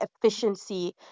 efficiency